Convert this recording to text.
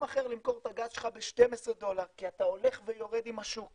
אחר למכור את הגז שלך ב-12 דולר כי אתה הולך ויורד עם השוק.